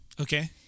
Okay